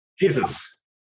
Jesus